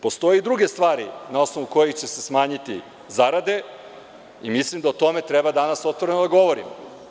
Postoje i druge stvari na osnovu kojih će se smanjiti zarade i mislim da o tome treba danas otvoreno da govorimo.